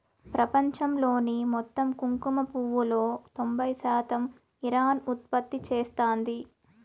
ప్రపంచంలోని మొత్తం కుంకుమ పువ్వులో తొంబై శాతం ఇరాన్ ఉత్పత్తి చేస్తాంది